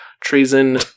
treason